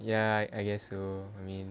ya I guess so I mean